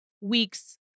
weeks